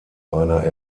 einer